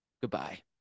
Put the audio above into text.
Goodbye